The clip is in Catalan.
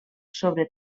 sobre